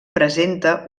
presenta